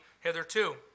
hitherto